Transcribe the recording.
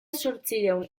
zortziehun